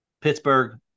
Pittsburgh –